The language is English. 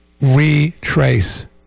retrace